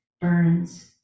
burns